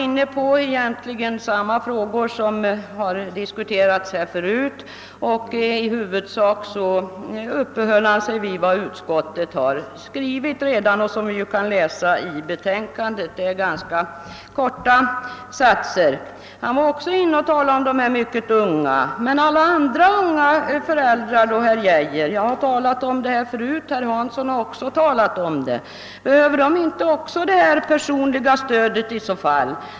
Han var egentligen inne på samma frågor som har diskuterats här förut, och i huvudsak uppehöll han sig vid vad utskottet redan har skrivit och som vi kan läsa i några korta satser i utlåtandet. Justitieministern talade om de mycket unga ogifta mödrarna. Men behöver inte också alla andra unga föräldrar i så fall detta personliga stöd? Jag har förut talat om den saken, och det har också herr Hansson.